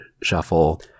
shuffle